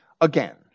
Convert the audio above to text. Again